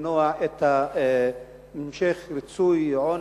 את המשך ריצוי העונש,